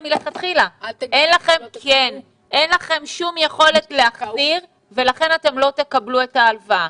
מלכתחילה שאין להם שום יכולת להחזיר ולכן הם לא יקבלו את ההלוואה.